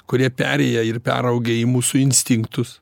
kurie perėję ir peraugę į mūsų instinktus